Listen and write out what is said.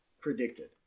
predicted